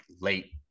late